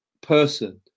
person